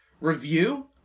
review